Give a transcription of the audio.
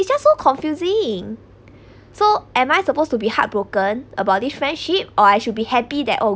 is just so confusing so am I supposed to be heartbroken about this friendship or I should be happy that oh